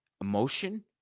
emotion